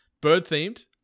bird-themed